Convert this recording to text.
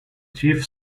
chief